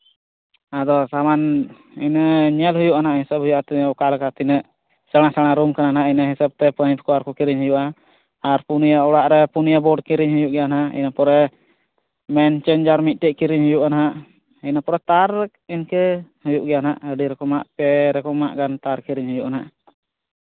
ᱟᱫᱚ ᱥᱟᱢᱟᱱ ᱤᱱᱟᱹ ᱧᱮᱞ ᱦᱩᱭᱩᱜᱼᱟ ᱦᱟᱸᱜ ᱦᱤᱥᱟᱹᱵ ᱦᱩᱭᱩᱜᱼᱟ ᱚᱠᱟ ᱞᱮᱠᱟ ᱛᱤᱱᱟᱹᱜ ᱥᱮᱬᱟ ᱥᱮᱬᱟ ᱨᱩᱢ ᱠᱟᱱᱟ ᱦᱟᱸᱜ ᱤᱱᱟᱹ ᱦᱤᱥᱟᱹᱵ ᱛᱮ ᱯᱟᱹᱭᱤᱯ ᱟᱨᱠᱚ ᱠᱤᱨᱤᱧ ᱦᱩᱭᱩᱜᱼᱟ ᱟᱨ ᱯᱳᱱᱭᱟ ᱚᱲᱟᱜ ᱨᱮ ᱯᱳᱱᱭᱟ ᱵᱳᱨᱰ ᱠᱤᱨᱤᱧ ᱦᱩᱭᱩᱜ ᱜᱮᱭᱟ ᱦᱟᱸᱜ ᱤᱱᱟᱹ ᱯᱚᱨᱮ ᱢᱮᱱ ᱪᱮᱧᱡᱟᱨ ᱢᱤᱫᱴᱮᱱ ᱠᱤᱨᱤᱧ ᱦᱩᱭᱩᱜᱼᱟ ᱦᱟᱸᱜ ᱤᱱᱟᱹ ᱯᱚᱨᱮ ᱛᱟᱨ ᱤᱱᱠᱟᱹ ᱦᱩᱭᱩᱜ ᱜᱮᱭᱟ ᱦᱟᱸᱜ ᱟᱹᱰᱤ ᱨᱚᱠᱚᱢᱟᱜ ᱯᱮ ᱨᱚᱠᱚᱢᱟᱜ ᱜᱟᱱ ᱛᱟᱨ ᱠᱤᱨᱤᱧ ᱦᱩᱭᱩᱜᱼᱟ ᱦᱟᱸᱜ